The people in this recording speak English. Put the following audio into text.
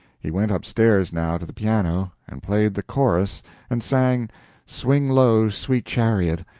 he went upstairs now to the piano and played the chorus and sang swing low, sweet chariot,